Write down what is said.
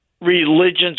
religions